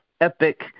epic